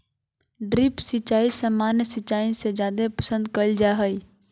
drip सिंचाई सामान्य सिंचाई से जादे पसंद कईल जा हई